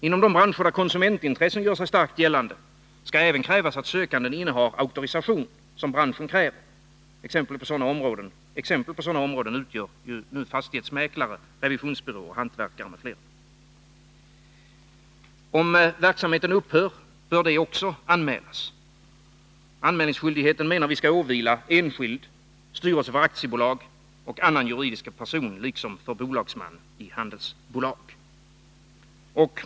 Inom de branscher där konsumentintressen gör sig starkt gällande skall även krävas att sökanden innehar den auktorisation som branschen kräver; exempel härpå utgör fastighetsmäklare, revisionsbyråer, hantverkare m.fl. Om verksamheten upphör bör det också anmälas. Anmälningsskyldigheten skall, menar vi, åvila enskild, styrelse för aktiebolag och annan juridisk person, liksom bolagsman i handelsbolag.